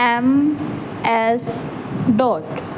M S dot